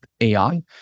AI